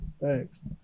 Thanks